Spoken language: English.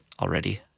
Already